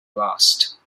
last